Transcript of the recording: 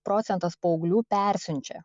procentas paauglių persiunčia